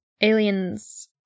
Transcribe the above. Aliens